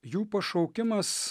jų pašaukimas